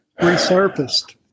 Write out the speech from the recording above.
resurfaced